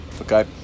Okay